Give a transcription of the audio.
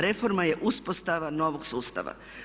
Reforma je uspostava novog sustava.